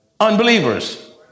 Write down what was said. Unbelievers